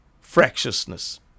fractiousness